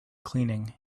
cleaning